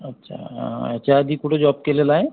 अच्छा याच्या आधी कुठे जॉब केलेला आहे